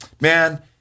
man